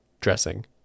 dressing